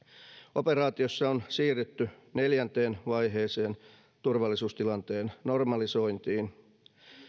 operaatiossa on siirrytty neljänteen vaiheeseen turvallisuustilanteen normalisointiin